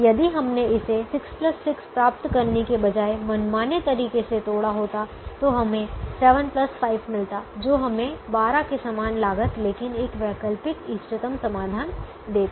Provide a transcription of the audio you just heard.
यदि हमने इसे 6 6 प्राप्त करने के बजाय मनमाने तरीके से तोड़ा होता तो हमें 7 5 मिलता जो हमें 12 के समान लागत लेकिन एक वैकल्पिक इष्टतम समाधान देता